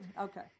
okay